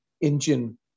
engine